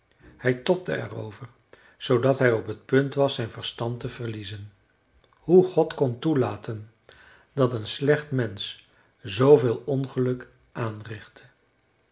hij tobde er over zoodat hij op t punt was zijn verstand te verliezen hoe god kon toelaten dat een slecht mensch zooveel ongeluk aanrichtte